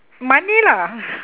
money lah